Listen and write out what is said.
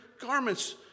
garments